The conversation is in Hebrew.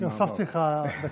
כן, הוספתי לך דקה.